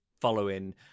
following